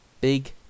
Big